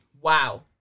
Wow